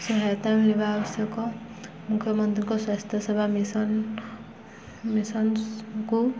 ସହାୟତା ମିଳିବା ଆବଶ୍ୟକ ମୁଖ୍ୟମନ୍ତ୍ରୀଙ୍କ ସ୍ୱାସ୍ଥ୍ୟ ସେବା ମିଶନ ମିଶନ୍କୁ